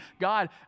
God